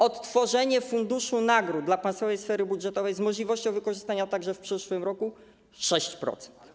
Odtworzenie funduszu nagród dla państwowej sfery budżetowej z możliwością wykorzystania także w przyszłym roku - 6%.